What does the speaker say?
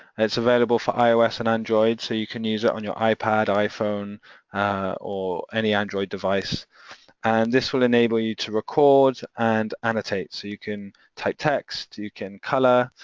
it's available for ios and android so you can use it on your ipad, iphone or any android device and this will enable you to record and annotate so you can type text, you can colour,